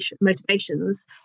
motivations